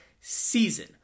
season